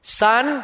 son